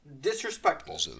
Disrespectful